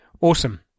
awesome